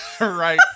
Right